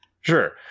Sure